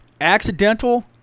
accidental